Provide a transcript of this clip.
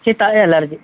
ಶೀತ ಎಲರ್ಜಿ